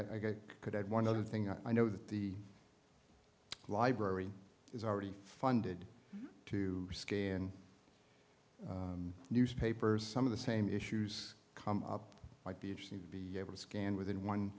i could add one other thing i know that the library is already funded to scale in newspapers some of the same issues come up might be interesting to be able to scan within one